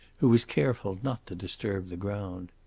who was careful not to disturb the ground.